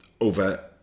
over